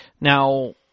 now